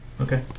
Okay